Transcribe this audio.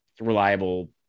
reliable